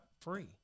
free